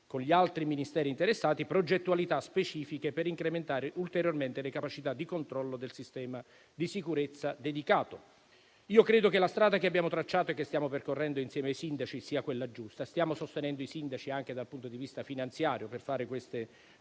agli altri Ministeri interessati, progettualità specifiche per incrementare ulteriormente le capacità di controllo del sistema di sicurezza dedicato. Credo che la strada che abbiamo tracciato e che stiamo percorrendo insieme ai sindaci sia quella giusta. Stiamo sostenendo i sindaci anche dal punto di vista finanziario, per realizzare queste